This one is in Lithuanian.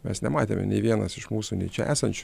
mes nematėme nei vienas iš mūsų nei čia esančių